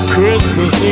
Christmas